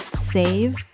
save